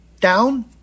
Down